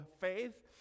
faith